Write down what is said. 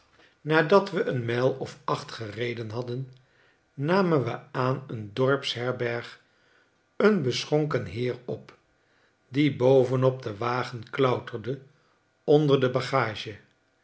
nadat we een mijl of acht gereden hadden namen we aan een dorpsherberg een besohonken heer op die bovenop den wagen klauterde onder de bagage